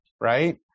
right